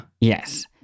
Yes